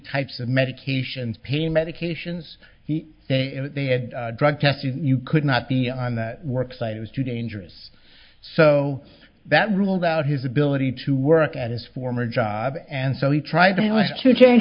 types of medications pain medications they they had drug testing you could not be on that work site was too dangerous so that ruled out his ability to work at his former job and so he tried to change